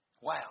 Wow